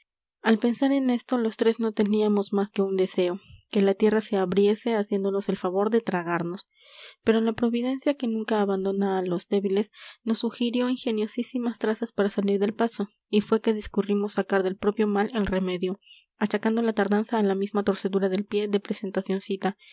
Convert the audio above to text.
al pensar en esto los tres no teníamos más que un deseo que la tierra se abriese haciéndonos el favor de tragarnos pero la providencia que nunca abandona a los débiles nos sugirió ingeniosísimas trazas para salir del paso y fue que discurrimos sacar del propio mal el remedio achacando la tardanza a la misma torcedura del pie de presentacioncita cuya